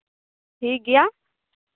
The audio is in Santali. ᱴᱷᱤᱠ ᱜᱮᱭᱟ